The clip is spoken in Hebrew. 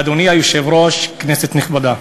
אדוני היושב-ראש, כנסת נכבדה,